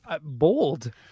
bold